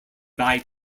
buy